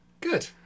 Good